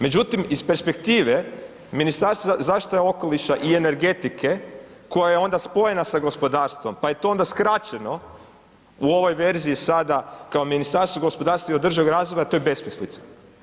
Međutim, iz perspektive Ministarstva zaštite okoliša i energetike koja je onda spojena sa gospodarstvom, pa je to onda skraćeno u ovoj verziji sada kao Ministarstvo gospodarstva i održivog razvoja, to je besmislica.